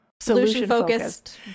solution-focused